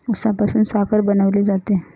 उसापासून साखर बनवली जाते